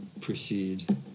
proceed